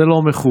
זה לא מכובד.